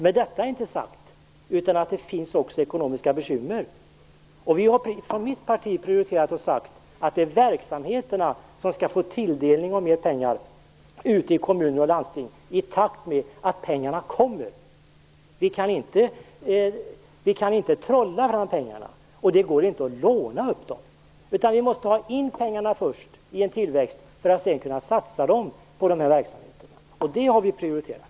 Med detta inte sagt att det inte finns ekonomiska bekymmer. Vi har från mitt parti prioriterat och sagt att det är verksamheterna som skall få tilldelning och mer pengar ute i kommuner och landsting i takt med att pengarna kommer. Vi kan inte trolla fram pengarna och det går inte att låna upp dem. Vi måste ha in pengarna först, i en tillväxt, för att sedan kunna satsa dem på de här verksamheterna, och det har vi prioriterat.